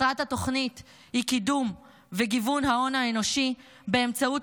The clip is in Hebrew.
מטרת התוכנית היא קידום וגיוון ההון האנושי באמצעות